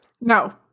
No